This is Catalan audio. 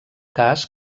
cas